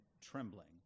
trembling